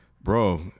bro